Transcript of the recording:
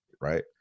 right